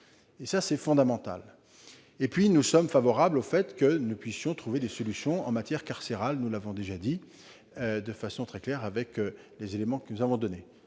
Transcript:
ans. C'est essentiel. Par ailleurs, nous sommes favorables au fait que nous puissions trouver des solutions en matière carcérale. Nous l'avons déjà dit de façon très claire, avec les éléments que nous avons donnés.